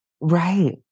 right